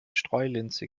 streulinse